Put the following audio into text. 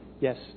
Yes